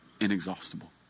inexhaustible